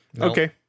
okay